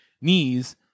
knees